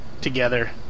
together